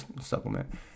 supplement